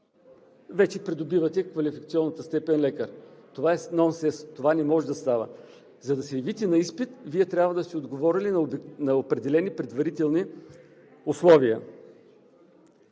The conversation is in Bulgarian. вече придобивате квалификационната степен „лекар“. Това е нонсенс. Това не може да става. За да се явите на изпит, Вие трябва да сте отговорили на определени предварителни условия.